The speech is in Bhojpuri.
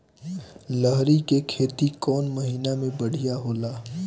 लहरी के खेती कौन महीना में बढ़िया होला?